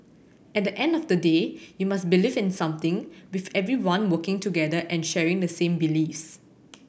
at the end of the day you must believe in something with everyone working together and sharing the same beliefs